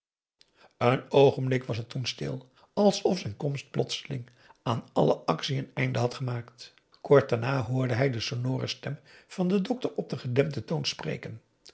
een oogenblik was het toen stil alsof zijn komst plotseling aan alle actie een einde had gemaakt daarna hoorde hij de sonore stem van den dokter op gedempten toon spreken